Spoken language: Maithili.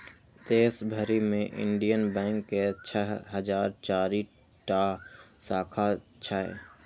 देश भरि मे इंडियन बैंक के छह हजार चारि टा शाखा छै